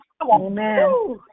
Amen